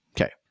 Okay